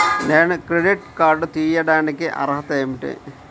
నేను credit card తీయడానికి అర్హత ఏమిటి?